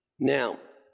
now